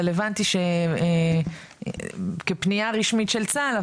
אבל הבנתי שכפנייה רשמית של צה"ל,